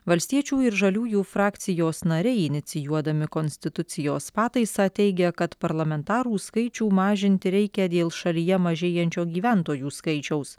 valstiečių ir žaliųjų frakcijos nariai inicijuodami konstitucijos pataisą teigia kad parlamentarų skaičių mažinti reikia dėl šalyje mažėjančio gyventojų skaičiaus